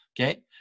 okay